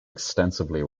extensively